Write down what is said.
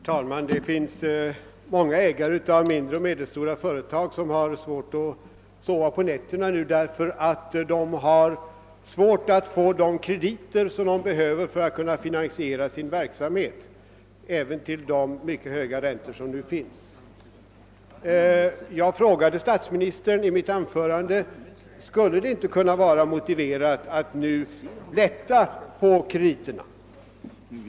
Herr talman! Det finns många ägare av mindre och medelstora företag som har svårigheter att sova på nätterna nu, därför att det är svårt för dem att få de krediter — även till de mycket höga räntor som nu gäller — som de behöver för att kunna finansiera sin verksamhet. I mitt första anförande frågade jag statsministern, om det inte vore motiverat att nu lätta på krediterna.